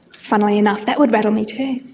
funnily enough, that would rattle me too.